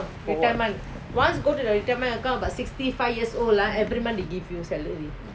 for what